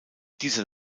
dieser